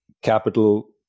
capital